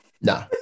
No